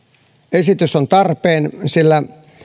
esitys on tarpeen sillä